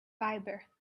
fibre